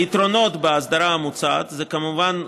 היתרונות בהסדרה המוצעת הם כמובן,